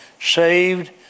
saved